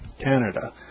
Canada